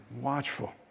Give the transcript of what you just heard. watchful